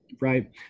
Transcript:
Right